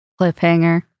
Cliffhanger